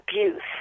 abuse